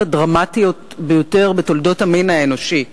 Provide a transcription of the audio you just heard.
הדרמטיות ביותר בתולדות המין האנושי,